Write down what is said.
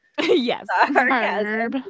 yes